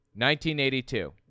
1982